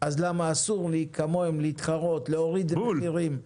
אז למה אסור לי כמוהם להתחרות, להוריד מחירים?